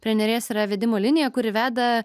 prie neries yra vedimo linija kuri veda